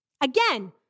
Again